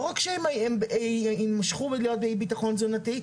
לא רק שהם יהיו באי-ביטחון תזונתי,